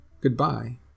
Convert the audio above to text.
Goodbye